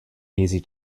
easy